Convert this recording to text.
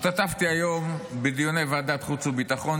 השתתפתי היום בדיוני ועדת חוץ וביטחון.